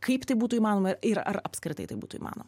kaip tai būtų įmanoma ir ar apskritai tai būtų įmanoma